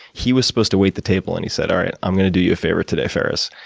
he was supposed to wait the table, and he said, all right. i'm gonna do you a favor today, ferriss.